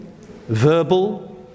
verbal